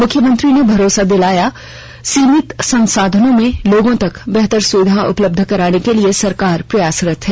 मुख्यमंत्री ने भरोसा दिलाया सीमित संसाधनों में लोगों तक बेहतर सुविधा उपलब्ध कराने के लिए सरकार प्रयासरत है